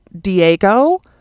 Diego